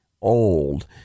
old